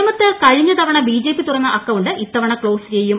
നേമത്ത് കഴിഞ്ഞ തവണ ബിജെപി തുറന്ന അക്കൌണ്ട് ഇത്തവണ ക്ലോസ് ചെയ്യും